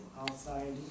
outside